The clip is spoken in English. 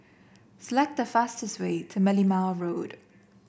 select the fastest way to Merlimau Road